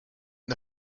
the